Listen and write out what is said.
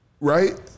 right